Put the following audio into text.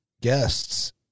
guests